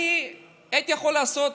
אני הייתי יכול לעשות